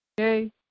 Okay